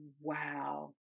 wow